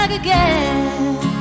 again